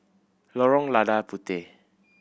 Lorong Lada Puteh